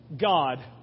God